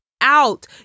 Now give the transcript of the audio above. out